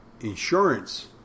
insurance